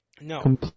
No